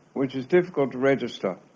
which is difficult to register.